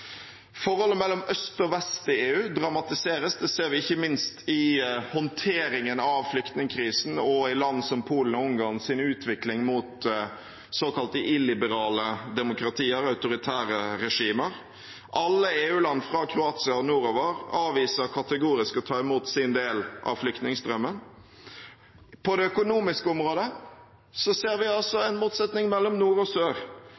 Forholdet mellom øst og vest i EU blir mer dramatisk. Det ser vi ikke minst i håndteringen av flyktningkrisen og i land som Polen og Ungarns utvikling mot såkalt illiberale demokratier, autoritære regimer. Alle EU-land, fra Kroatia og nordover, avviser kategorisk å ta imot sin del av flyktningstrømmen. På det økonomiske området ser vi en motsetning mellom nord og sør,